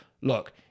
look